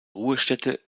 ruhestätte